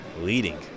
leading